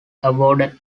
awarded